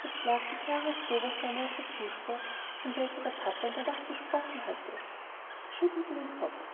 jetzt lag die klare oktobersonne auf der fußspur von welcher der papa in der nacht gesprochen hatte sie schüttelte den kopf